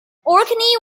orkney